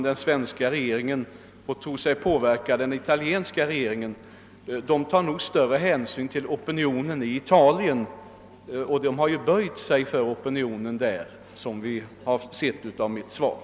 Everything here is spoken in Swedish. Den svenska regeringen kan säkerligen inte påverka den italienska regeringen — denna tar nog större hänsyn till opinionen i Italien, och den har som framgår av mitt svar också böjt sig för denna opinion.